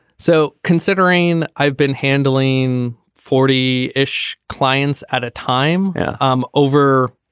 so considering i've been handling forty ish clients at a time um over